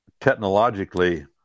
technologically